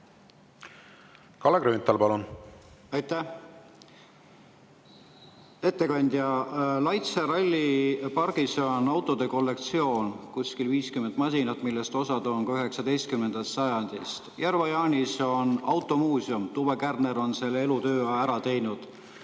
Kalle Grünthal, palun! Aitäh! Ettekandja! LaitseRallyPargis on autode kollektsioon, kuskil 50 masinat, millest osa on ka 19. sajandist. Järva-Jaanis on automuuseum, Tuve Kärner on elutöö ära teinud,